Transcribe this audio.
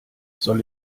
soll